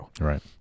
Right